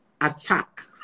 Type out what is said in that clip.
attack